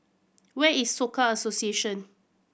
where is Soka Association